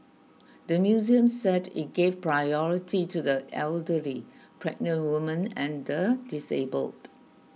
the museum said it gave priority to the elderly pregnant women and the disabled